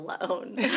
alone